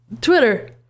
Twitter